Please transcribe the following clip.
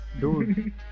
Dude